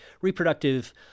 reproductive